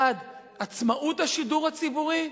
1. עצמאות השידור הציבורי,